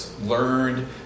learned